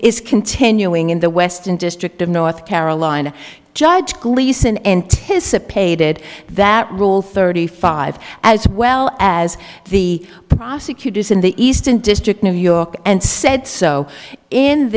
is continuing in the western district of north carolina judge gleason anticipated that rule thirty five as well as the prosecutors in the eastern district new york and said so